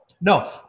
no